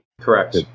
correct